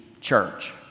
church